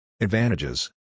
Advantages